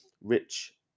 rich